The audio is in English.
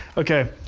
okay,